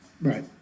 Right